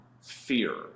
fear